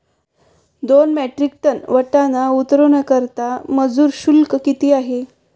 दोन metric ton वाटाणा उतरवण्याकरता मजूर शुल्क किती असेल?